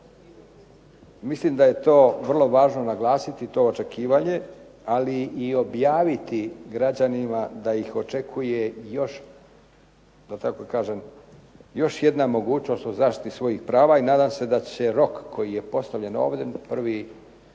Mislim da je to vrlo važno naglasiti, to očekivanje, ali i objaviti građanima da ih očekuje još, da tako kažem, još jedna mogućnost o zaštiti svojih prava i nadam se da će rok koji je postavljen ovdje prvog